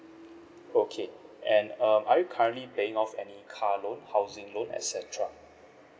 okay and um are you currently paying off any car loan housing loan et cetera